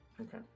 Okay